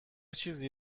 چیزی